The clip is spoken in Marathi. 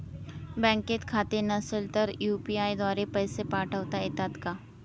बँकेत खाते नसेल तर यू.पी.आय द्वारे पैसे पाठवता येतात का?